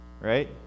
right